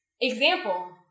example